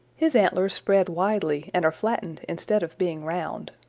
his antlers spread widely and are flattened instead of being round.